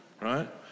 right